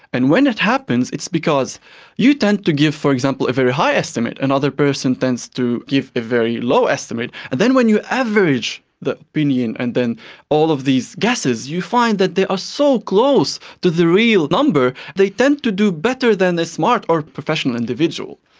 and when it happens it's because you tend to give, for example, a very high estimate, another person tends to give a very low estimate, and then when you average the opinion and then all of these gueses, gueses, you find that they are so close to the real number, they tend to do better than the smart or professional individual.